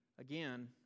Again